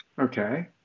Okay